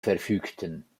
verfügten